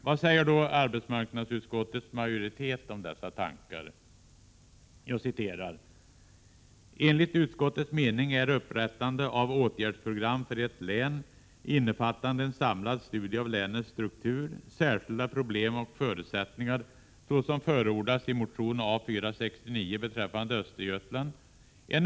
Vad säger då arbetsmarknadsutskottets majoritet om dessa tankar?